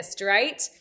right